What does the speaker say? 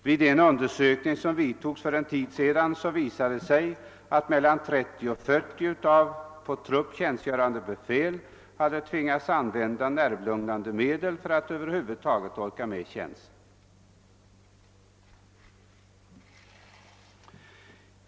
Vid en undersökning som gjordes för en tid sedan visade det sig att mellan 30 och 40 av på trupp tjänstgörande befäl hade tvingats använda nervlugnande medel för att över huvud taget orka med tjänsten.